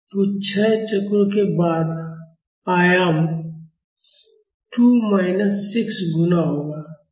तो 6 चक्रों के बाद आयाम 2 माइनस 6 गुना होगा